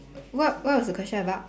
what what was the question about